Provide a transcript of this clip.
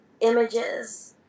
images